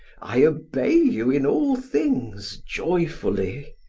i obey you in all things joyfully.